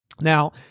Now